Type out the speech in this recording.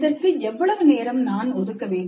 இதற்கு எவ்வளவு நேரம் நான் ஒதுக்க வேண்டும்